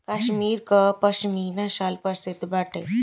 कश्मीर कअ पशमीना शाल प्रसिद्ध बाटे